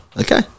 okay